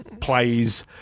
plays